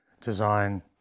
design